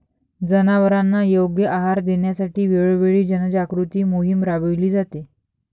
जनावरांना योग्य आहार देण्यासाठी वेळोवेळी जनजागृती मोहीम राबविली जाते